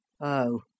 Oh